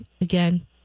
again